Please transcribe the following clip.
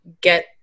get